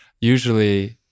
usually